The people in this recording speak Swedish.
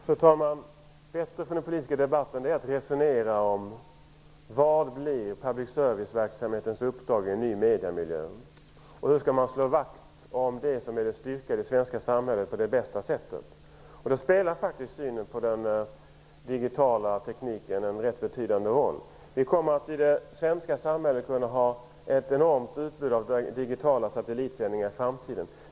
Fru talman! Det är bättre för den politiska debatten att man resonerar om vad public serviceverksamhetens uppdrag kommer att bli i en ny mediemiljö. Hur skall man på bästa sätt slå vakt om det som är en styrka i det svenska samhället? Synen på den digitala tekniken spelar faktiskt en betydande roll. Vi kommer i det svenska samhället att kunna ha ett enormt utbud av digitala satellitsändningar i framtiden.